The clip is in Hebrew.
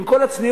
ועם כל הצניעות,